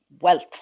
wealth